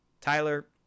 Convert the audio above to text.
Tyler